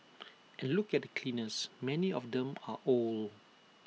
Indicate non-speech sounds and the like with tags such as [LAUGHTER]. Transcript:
[NOISE] and look at the cleaners many of them are old